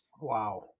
Wow